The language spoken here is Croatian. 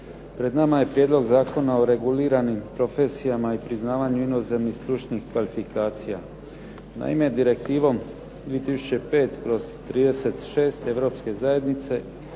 Pred nama je Prijedlog zakona o reguliranim profesijama i priznavanjima inozemnih stručnih kvalifikacija. Naime, direktivom 2005./36. Europske zajednice